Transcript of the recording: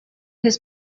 his